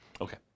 Okay